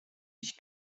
ich